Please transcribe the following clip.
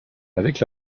avec